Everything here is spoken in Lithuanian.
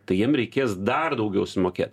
tai jiem reikės dar daugiau sumokėt